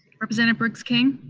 representative briggs king?